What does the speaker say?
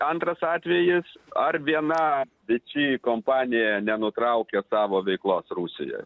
antras atvejis ar viena vičy kompanija nenutraukė tavo veiklos rusijoj